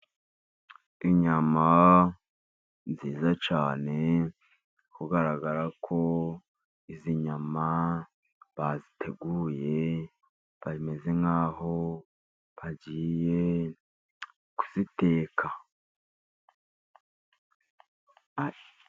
Inyama nziza cyane, kugaragara ko izi nyama baziteguye, bameze nk' aho bagiye kuziteka ari_